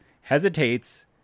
Hesitates